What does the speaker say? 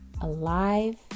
alive